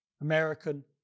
American